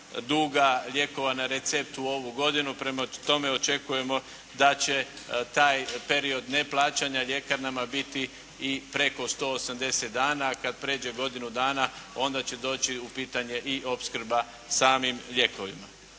duga lijekova na recept u ovu godinu, prema tome očekujemo da će taj period neplaćanja ljekarnama biti i preko 180 dana, a kada prijeđe godinu dana onda će doći u pitanje i opskrba samim lijekovima.